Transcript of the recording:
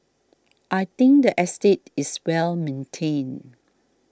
I think the estate is well maintained